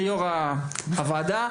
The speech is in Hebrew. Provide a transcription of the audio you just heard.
כיו"ר הוועדה,